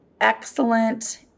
excellent